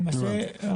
למעשה,